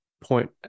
point